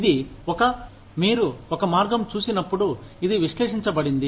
ఇది ఒక ఒక మీరు మార్గం చూసినప్పుడు ఇది విశ్లేషించబడింది